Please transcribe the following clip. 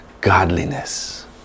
godliness